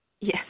Yes